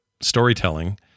storytelling